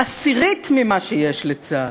עשירית ממה שיש לצה"ל,